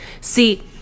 See